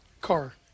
Car